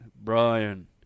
Brian